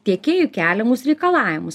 tiekėjui keliamus reikalavimus